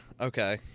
okay